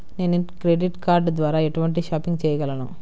నేను credit card ద్వార ఎటువంటి షాపింగ్ చెయ్యగలను?